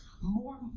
more